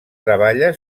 treballa